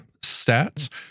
stats